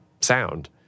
sound